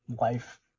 life